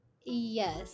yes